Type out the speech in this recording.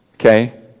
Okay